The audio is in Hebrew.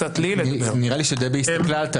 יש פה תומך טרור שאתמול הניף דגל אש"ף בהפגנה.